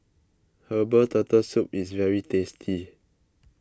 Herbal Turtle Soup is very tasty